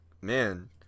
Man